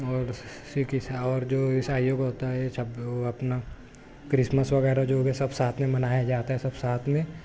اور سکھ اور جو عیسائیوں کا ہوتا ہے اپنا کرسمس وغیرہ جوکہ سب ساتھ میں منایا جاتا ہے سب ساتھ میں